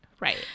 Right